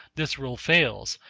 this rule fails,